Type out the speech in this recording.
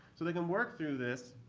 so they can work through this,